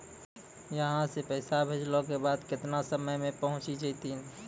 यहां सा पैसा भेजलो के बाद केतना समय मे पहुंच जैतीन?